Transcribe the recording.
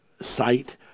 site